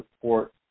support